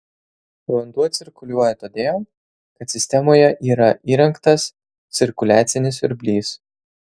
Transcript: vanduo cirkuliuoja todėl kad sistemoje yra įrengtas cirkuliacinis siurblys